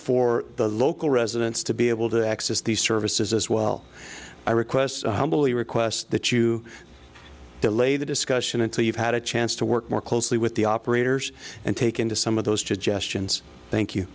for the local residents to be able to access these services as well i request humbly request that you delay the discussion until you've had a chance to work more closely with the operators and take into some of those